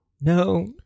No